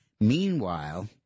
Meanwhile